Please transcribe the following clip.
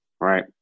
Right